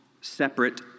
separate